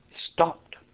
stopped